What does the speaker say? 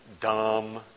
dumb